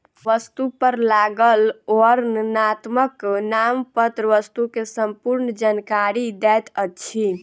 वस्तु पर लागल वर्णनात्मक नामपत्र वस्तु के संपूर्ण जानकारी दैत अछि